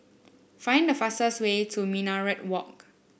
find the fastest way to Minaret Walk